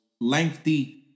lengthy